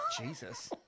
Jesus